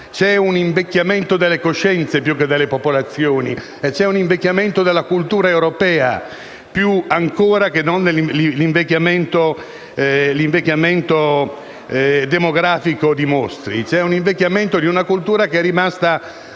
C'è un invecchiamento delle coscienze più che delle popolazioni, c'è un invecchiamento della cultura europea più di quanto dimostri l'invecchiamento demografico. C'è l'invecchiamento di una cultura che è rimasta